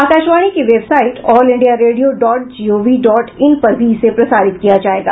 आकाशवाणी की website all India radio dot G O V dot in पर भी इसे प्रसारित किया जाएगा